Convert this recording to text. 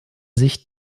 sich